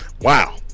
Wow